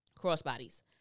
crossbodies